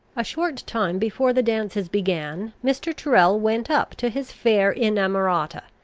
a short time before the dances began, mr. tyrrel went up to his fair inamorata,